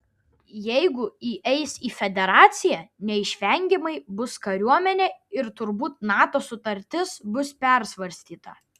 jeigu įeis į federaciją neišvengiamai bus kariuomenė ir turbūt nato sutartis bus persvarstyta